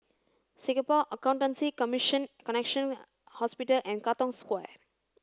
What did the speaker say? Singapore Accountancy Commission Connexion Hospital and Katong Square